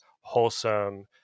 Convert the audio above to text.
wholesome